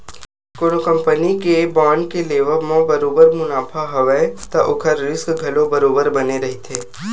कोनो कंपनी के बांड के लेवब म बरोबर मुनाफा हवय त ओखर रिस्क घलो बरोबर बने रहिथे